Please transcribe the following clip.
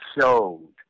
showed